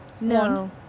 No